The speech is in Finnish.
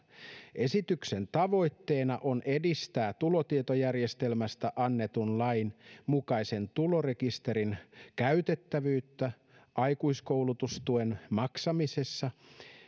esityksen tavoitteena on edistää tulotietojärjestelmästä annetun lain mukaisen tulorekisterin käytettävyyttä aikuiskoulutustuen maksamisessa